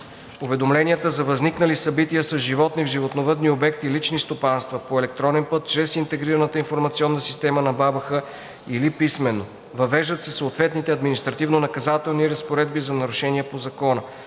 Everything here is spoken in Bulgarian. Уведомленията за възникнали събития с животни в животновъдни обекти – лични стопанства – по електронен път чрез Интегрираната информационна система на БАБХ или писмено. Въвеждат се съответните административнонаказателни разпоредби за нарушения по Закона.